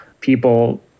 people